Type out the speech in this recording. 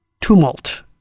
tumult